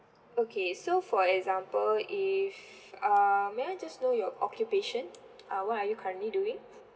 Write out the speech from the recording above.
okay so for example if um may I just know your occupation uh what are you currently doing